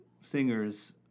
singers